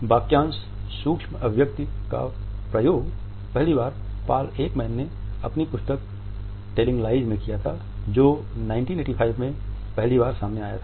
वाक्यांश "सूक्ष्म अभिव्यक्ति" का प्रयोग पहली बार पॉल एकमैन ने अपनी पुस्तक टेलिंग लाइज़ में किया था जो 1985 में पहली बार सामने आया था